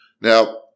Now